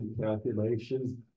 calculations